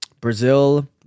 Brazil